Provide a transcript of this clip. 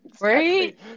Right